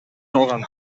калган